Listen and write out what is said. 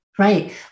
Right